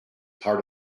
part